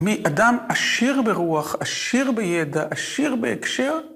מאדם עשיר ברוח, עשיר בידע, עשיר בהקשר.